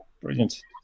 brilliant